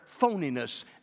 phoniness